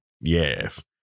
Yes